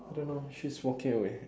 I don't know she's walking away